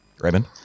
raymond